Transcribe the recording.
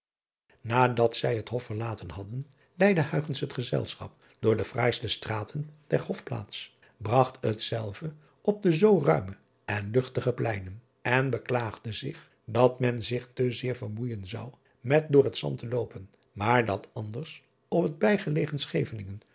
adat zij het of verlaten hadden leidde het gezelschap door de fraaiste straten der ofplaats bragt hetzelve op de zoo ruime en luchtige pleinen en beklaagde zich dat men zich te zeer vermoeijen zou met door het zand te loopen maar dat anders op het bijgelegen cheveningen